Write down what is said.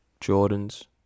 jordan's